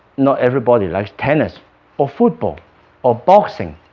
not everybody likes tennis or football or boxing